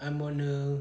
I'm on a